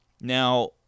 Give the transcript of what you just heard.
now